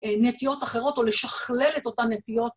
נטיות אחרות או לשכלל את אותן נטיות.